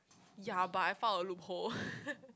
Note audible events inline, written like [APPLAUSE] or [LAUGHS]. ya but I found a loophole [LAUGHS]